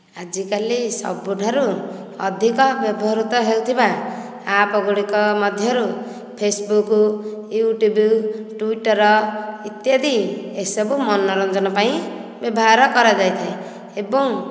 ଆଜିକାଲି ସବୁଠାରୁ ଅଧିକ ବ୍ୟବହୃତ ହେଉଥିବା ଆପ୍ ଗୁଡ଼ିକ ମଧ୍ୟରୁ ଫେସବୁକ ୟୁଟ୍ୟୁବ ଟ୍ୱିଟର ଇତ୍ୟାଦି ଏସବୁ ମନୋରଞ୍ଜନ ପାଇଁ ବ୍ୟବହାର କରାଯାଇଥାଏ ଏବଂ